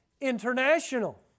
international